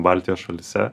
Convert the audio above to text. baltijos šalyse